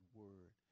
word